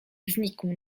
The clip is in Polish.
znikł